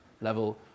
level